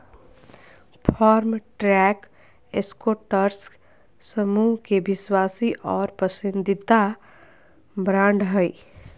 Farmtrac Escorts समूह के विश्वासी और पसंदीदा ब्रांड हइ